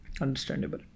Understandable